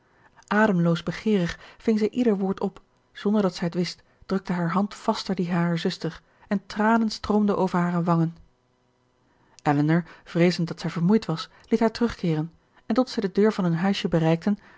ademloos begeerig ving zij ieder woord op zonder dat zij het wist drukte hare hand vaster die harer zuster en tranen stroomden over hare wangen elinor vreezend dat zij vermoeid was liet haar terugkeeren en tot zij de deur van hun huisje bereikten